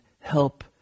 help